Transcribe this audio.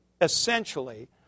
essentially